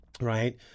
Right